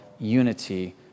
unity